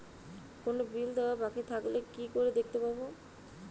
কোনো বিল দেওয়া বাকী থাকলে কি করে দেখতে পাবো?